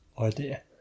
idea